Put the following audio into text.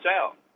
out